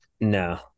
No